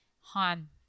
Han